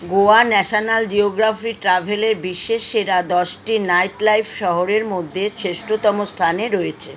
Goa national geographic ট্রাভেলে বিশ্বের সেরা দশটি নাইট লাইফ শহরের মধ্যে শ্রেষ্ঠতম স্থানে রয়েছে